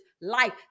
life